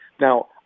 Now